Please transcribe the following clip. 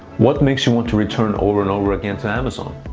what makes you want to return over and over again to amazon?